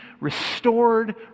restored